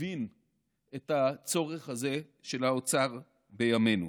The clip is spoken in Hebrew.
מבין את הצורך הזה של האוצר בימינו.